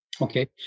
Okay